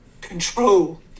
control